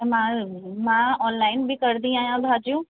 त मां मां ऑनलाइन बि कंदी आहियां भाॼियूं